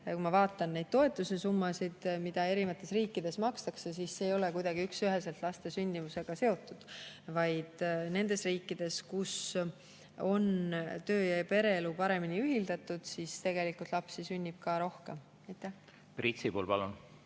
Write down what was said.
kui ma vaatan neid toetuse summasid, mida eri riikides makstakse, siis see ei ole kuidagi üksüheselt laste sündimusega seotud, vaid nendes riikides, kus on töö- ja pereelu paremini ühildatud, lapsi sünnib ka rohkem. Aitäh! Euroopas